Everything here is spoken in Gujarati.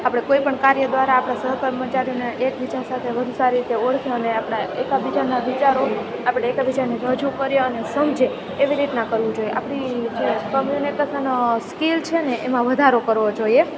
આપણે કોઈપણ કાર્ય દ્વારા આપણે સહકર્મચારીઓને એકબીજા સાથે વધુ સારી રીતે ઓળખે અને આપણે એકબીજામાં વિચારો આપણે એકાબીજાને રજૂ કરીએ અને સમજે એવી રીતના કરવું જોઈએ આપણી જે કોમ્યુનિકેસન સ્કિલ છે એમાં વધારો કરવો જોઈએ